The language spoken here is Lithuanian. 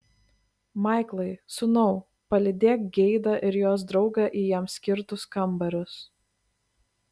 maiklai sūnau palydėk geidą ir jos draugą į jiems skirtus kambarius